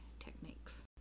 techniques